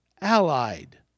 allied